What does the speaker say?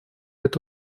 это